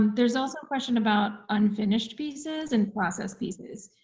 there's also a question about unfinished pieces and process pieces.